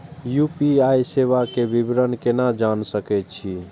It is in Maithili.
यू.पी.आई सेवा के विवरण केना जान सके छी?